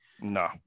No